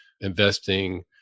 investing